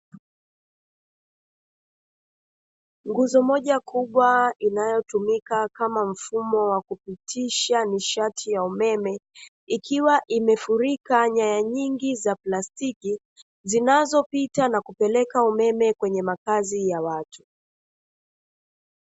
Nguzo moja kubwa inayotumika kama mfumo wa kupitisha nishati ya umeme, ikiwa imefurika nyaya nyingi za plastiki zinazopita na kupeleka umeme kwenye makazi ya watu.